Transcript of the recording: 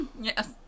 yes